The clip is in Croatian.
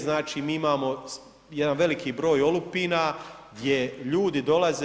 Znači, mi imamo jedan veliki broj olupina gdje ljudi dolaze.